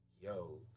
yo